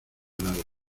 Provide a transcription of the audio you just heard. nada